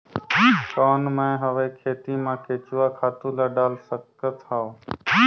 कौन मैं हवे खेती मा केचुआ खातु ला डाल सकत हवो?